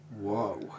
Whoa